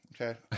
Okay